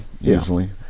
usually